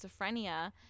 schizophrenia